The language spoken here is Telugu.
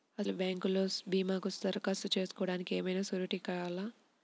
అసలు బ్యాంక్లో భీమాకు దరఖాస్తు చేసుకోవడానికి ఏమయినా సూరీటీ కావాలా?